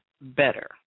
better